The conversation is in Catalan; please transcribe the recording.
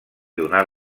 donar